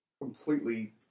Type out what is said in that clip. completely